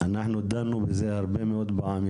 אנחנו דנו בזה הרבה מאוד פעמים.